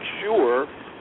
sure